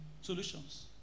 Solutions